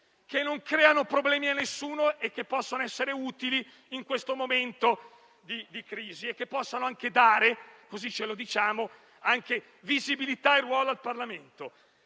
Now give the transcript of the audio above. che non creano problemi a nessuno, che possono essere utili in questo momento di crisi e che possono anche dare - così ce lo diciamo - visibilità e ruolo al Parlamento.